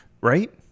Right